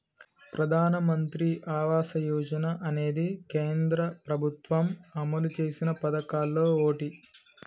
ప్రధానమంత్రి ఆవాస యోజన అనేది కేంద్ర ప్రభుత్వం అమలు చేసిన పదకాల్లో ఓటి